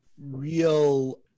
real